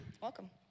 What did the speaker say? Welcome